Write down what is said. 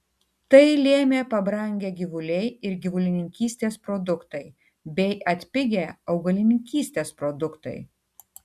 tai lėmė pabrangę gyvuliai ir gyvulininkystės produktai bei atpigę augalininkystės produktai